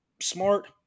smart